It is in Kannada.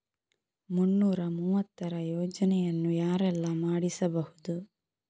ಮುನ್ನೂರ ಮೂವತ್ತರ ಯೋಜನೆಯನ್ನು ಯಾರೆಲ್ಲ ಮಾಡಿಸಬಹುದು?